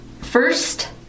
First